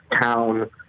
town